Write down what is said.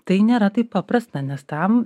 tai nėra taip paprasta nes tam